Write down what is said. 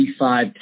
35